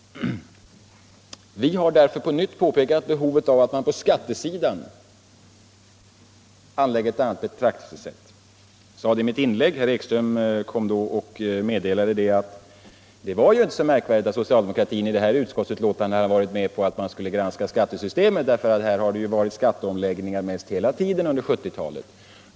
Vi har därför på nytt påpekat behovet av att man på skattesidan anlägger ett annat betraktelsesätt. Jag sade det i mitt inlägg, och herr Ekström kom då upp och meddelade att det inte var så märkvärdigt att socialdemokraterna i det här utskottsbetänkandet hade varit med på att man skulle granska skattesystemet, eftersom det har varit skatteomläggningar mest hela tiden under 1970-talet.